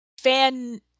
fan